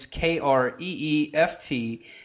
K-R-E-E-F-T